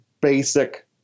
basic